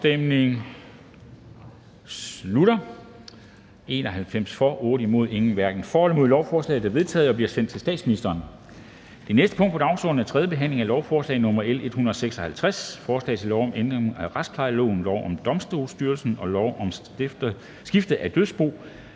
stemte 8 (EL), hverken for eller imod stemte 0. Lovforslaget er vedtaget og bliver sendt til statsministeren. --- Det næste punkt på dagsordenen er: 13) 3. behandling af lovforslag nr. L 156: Forslag til lov om ændring af retsplejeloven, lov om Domstolsstyrelsen og lov om skifte af dødsboer.